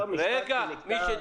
בבקשה.